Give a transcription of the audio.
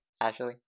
Ashley